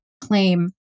claim